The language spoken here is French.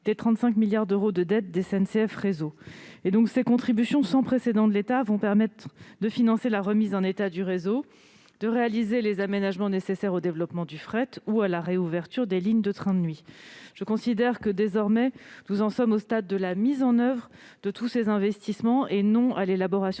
des 35 milliards d'euros de dette de SNCF Réseau. Ces contributions sans précédent de l'État vont permettre de financer la remise en état du réseau, de réaliser les aménagements nécessaires au développement du fret ou à la réouverture des lignes de trains de nuit. Je considère que, désormais, nous en sommes au stade de la mise en oeuvre des investissements, et non à l'élaboration